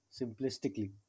simplistically